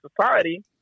society